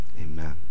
Amen